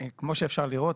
כמו שאפשר לראות,